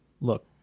Look